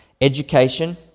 education